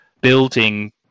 building